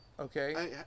okay